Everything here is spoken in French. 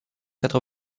quatre